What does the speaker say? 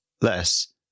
less